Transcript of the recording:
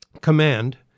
command